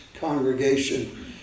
congregation